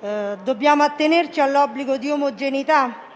Dobbiamo tuttavia attenerci all'obbligo di omogeneità